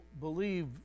believe